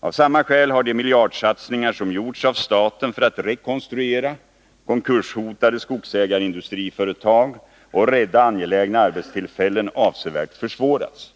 Av samma skäl har de miljardsatsningar som gjorts av staten för att rekonstruera konkurshotade skogsägarindustriföretag och rädda angelägna arbetstillfällen avsevärt försvårats.